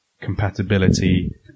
compatibility